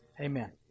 Amen